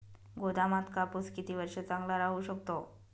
गोदामात कापूस किती वर्ष चांगला राहू शकतो?